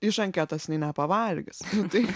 iš anketos jinai nepavalgys tai